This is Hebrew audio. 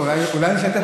אולי לשתף אותנו?